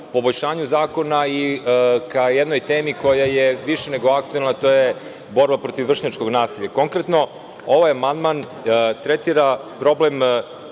poboljšanju zakona i ka jednoj temi koja je više nego aktuelna, a to je borba protiv vršnjačkog nasilja. Konkretno, ovaj amandman tretira problem